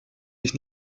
sich